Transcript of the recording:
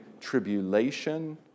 tribulation